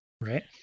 Right